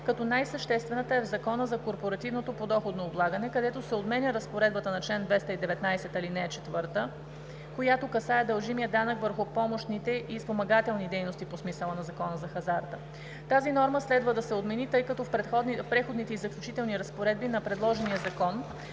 като най-съществената е в Закона за корпоративното подоходно облагане, където се отменя разпоредбата на чл. 219, ал. 4, която касае дължимия данък върху помощните и спомагателните дейности по смисъла на Закона за хазарта. Тази норма следва да се отмени, тъй като в Преходните и заключителните разпоредби на предложения закон